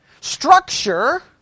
Structure